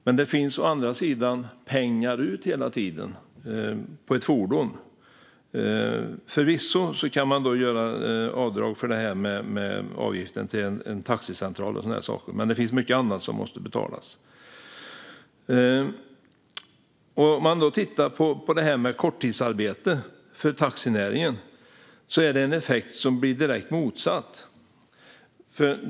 Men det finns hela tiden pengar som ska betalas ut när man har ett fordon. Man kan förvisso göra avdrag för avgiften till en taxicentral och liknande, men det finns mycket annat som måste betalas. Låt oss titta på korttidsarbete för taxinäringen. Det är en effekt som blir direkt motsatt.